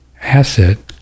acid